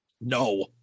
No